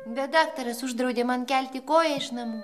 bet daktaras uždraudė man kelti koją iš namų